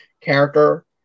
character